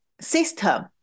system